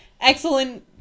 excellent